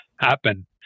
happen